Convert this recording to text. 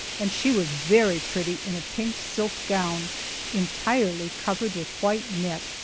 and she was very pretty in a pink silk gown entirely covered with white net,